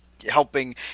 helping